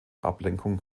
ablenkung